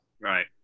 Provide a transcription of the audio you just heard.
right